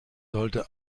sollte